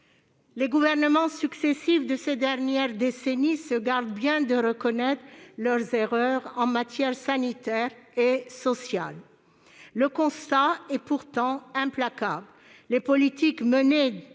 Les gouvernements successifs de ces dernières décennies se gardent bien de reconnaître leurs erreurs en matière sanitaire et sociale. Le constat est pourtant implacable : les politiques menées